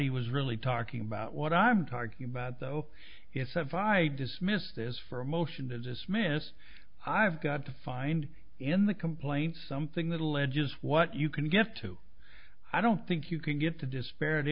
he was really talking about what i'm talking about though itself i dismissed this for a motion to dismiss i've got to find in the complaint something that alleges what you can get to i don't think you can get to dispar